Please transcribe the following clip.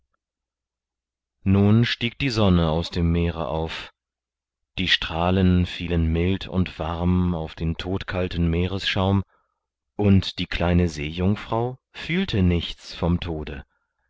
nun stieg die sonne aus dem meere auf die strahlen fielen mild und warm auf den todkalten meeresschaum und die kleine seejungfrau fühlte nichts vom tode